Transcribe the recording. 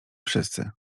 wszyscy